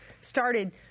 started